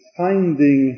finding